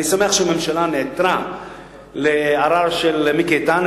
אני שמח שהממשלה נעתרה לערר של חבר הכנסת מיקי איתן.